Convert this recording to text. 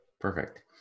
perfect